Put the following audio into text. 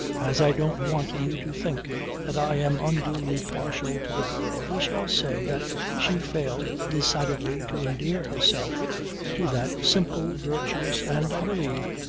as i don't want you to think that i am unduly partial to the girl we shall say that she failed decidedly to endear herself to that simple, virtuous and, i believe,